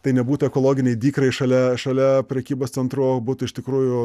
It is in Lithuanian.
tai nebūtų ekologiniai dykrai šalia šalia prekybos centrų o būtų iš tikrųjų